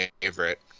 favorite